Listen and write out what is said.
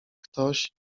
ktoś